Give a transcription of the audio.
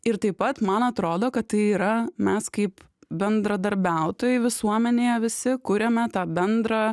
ir taip pat man atrodo kad tai yra mes kaip bendradarbiautojai visuomenėje visi kuriame tą bendrą